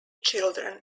children